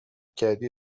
کردی